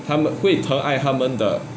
它们会疼爱它们的